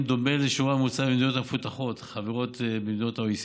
דומה לשיעורה הממוצע במדינות המפותחות החברות ב-OECD.